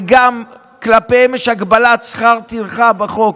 וגם כלפיהם יש הגבלת שכר טרחה בחוק.